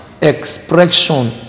expression